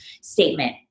statement